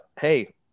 Hey